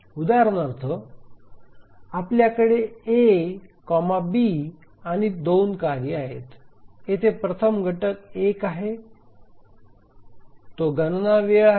उदाहरणार्थ आपल्याकडे A B आणि 2 कार्ये आहेत आणि येथे प्रथम घटक 1 आहे आणि तो गणना वेळ आहे